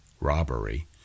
robbery